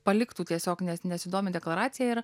paliktų tiesiog ne nesidomi deklaracija ir